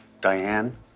Diane